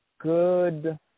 good